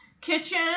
kitchen